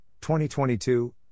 2022